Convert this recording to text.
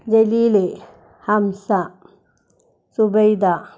Jaleel Hamsa Subaida